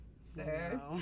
sir